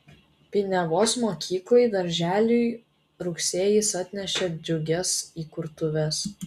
piniavos mokyklai darželiui rugsėjis atnešė džiugias įkurtuves